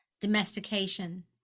domestication